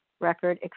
record